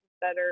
better